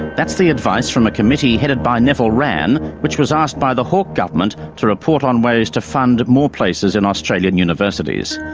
that's the advice from a committee headed by neville wran which was asked by the hawke government to report on ways to fund more places in australian universities.